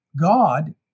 God